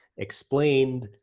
explained,